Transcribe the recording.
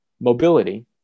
mobility